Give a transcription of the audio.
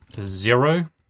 zero